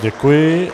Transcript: Děkuji.